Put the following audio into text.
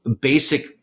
basic